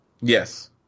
Yes